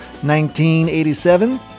1987